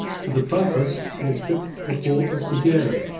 for the purpose he had stripped the fort of cojero,